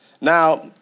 Now